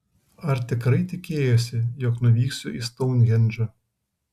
ar tikrai tikėjosi jog nuvyksiu į stounhendžą